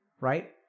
right